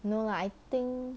no lah I think